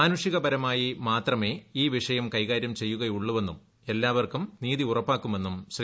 മ്യാനുഷികപരമായി മാത്രമെ ഈ വിഷയം കൈകാര്യം ചെയ്യുക്കിട്ടുള്ളൂവെന്നും എല്ലാവർക്കും നീതി ഉറപ്പാക്കുമെന്നും ശ്രീ